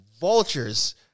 vultures